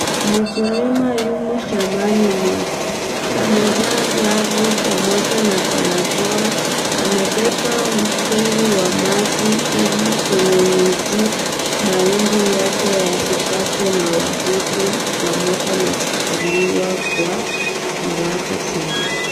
Mkulima yumo shambani mwake amevaa glavu pamoja na barakoa amebeba mtungi wa maji ili kunyanyuzia maindi yake ili yasipatwe na wadudu pamoja na kuliwa kwa haraka sana.